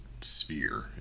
sphere